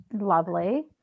Lovely